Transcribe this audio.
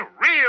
real